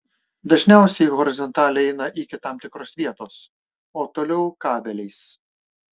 dažniausiai horizontaliai eina iki tam tikros vietos o toliau kabeliais